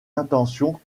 intentions